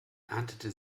erntete